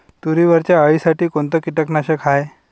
तुरीवरच्या अळीसाठी कोनतं कीटकनाशक हाये?